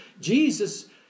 Jesus